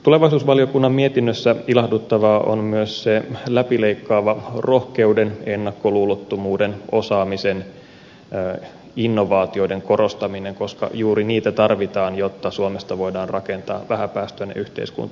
tulevaisuusvaliokunnan mietinnössä ilahduttavaa on myös läpileikkaava rohkeuden ennakkoluulottomuuden osaamisen innovaatioiden korostaminen koska juuri niitä tarvitaan jotta suomesta voidaan rakentaa vähäpäästöinen yhteiskunta